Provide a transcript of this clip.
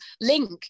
link